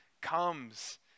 comes